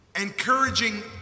encouraging